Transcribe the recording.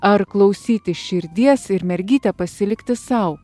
ar klausyti širdies ir mergytę pasilikti sau